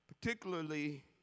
particularly